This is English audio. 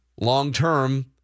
long-term –